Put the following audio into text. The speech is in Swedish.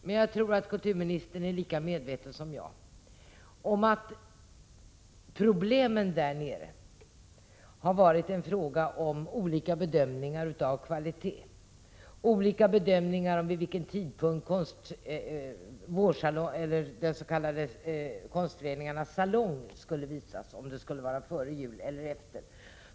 Men jag tror att kulturministern är lika medveten som jag om att problemen där nere har gällt olika bedömningar av kvalitet och olika bedömningar om vid vilken tidpunkt den s.k. konstföreningarnas salong skall visas — om det skall vara före jul eller efter.